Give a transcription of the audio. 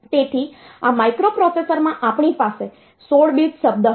તેથી આ માઈક્રોપ્રોસેસરમાં આપણી પાસે 16 બીટ શબ્દ હતો